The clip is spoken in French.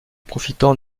profitant